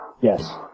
Yes